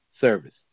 service